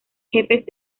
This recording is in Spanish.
jefes